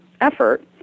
effort